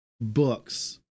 books